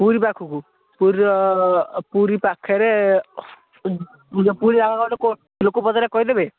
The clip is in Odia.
ପୁରୀ ପାଖକୁ ପୁରୀ ର ପୁରୀ ପାଖରେ ଲୋକ ପଚାରିଲେ କହିଦେବେ